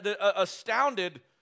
astounded